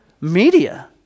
media